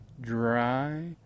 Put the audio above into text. Dry